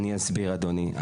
אני אסביר, אדוני.